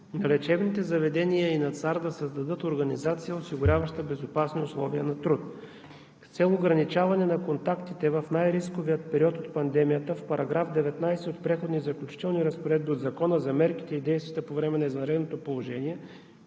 на лечебните заведения и на ЦАР да създадат организация, осигуряваща безопасни условия на труд. С цел ограничаване на контактите в най-рисковия период от пандемията в § 19 от Преходните и заключителните разпоредби на Закона за мерките и действията по време на извънредното положение